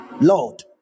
Lord